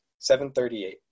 738